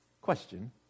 Question